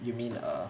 you mean uh